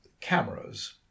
cameras